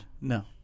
No